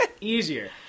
easier